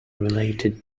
related